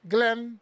Glen